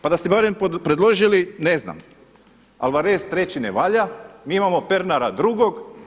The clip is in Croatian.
Pa da ste barem predložili ne znam Alvarez treći ne valja, mi imamo Pernara drugog.